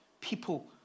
people